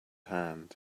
hand